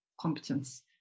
competence